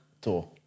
tour